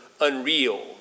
unreal